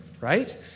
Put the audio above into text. Right